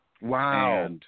Wow